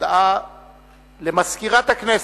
הודעה למזכירת הכנסת,